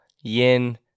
yin